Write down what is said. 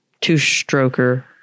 Two-stroker